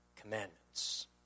commandments